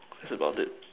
that's about it